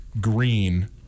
green